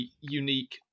unique